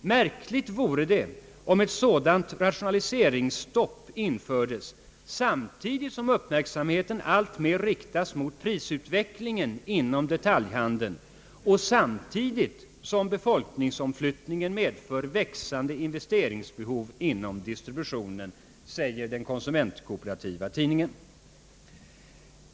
Märkligt vore det, om ett sådant rationaliseringsstopp infördes, samtidigt som uppmärksamheten alltmer riktas mot prisutvecklingen inom detaljhandeln och samtidigt som befolkningsomflyttningen medför växande investeringsbehov inom distributionen!»